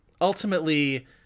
ultimately